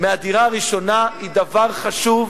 מהדירה הראשונה היא דבר חשוב,